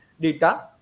data